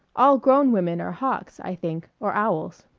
all grown women are hawks, i think, or owls.